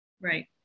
Right